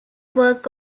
work